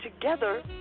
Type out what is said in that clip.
together